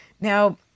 Now